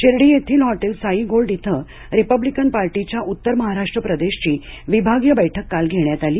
शिर्डी येथील hotel Sai Gold इथे Republican पार्टीच्या उत्तर महाराष्ट्र प्रदेशची विभागीय बैठक काल घेण्यात आली